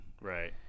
Right